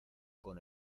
con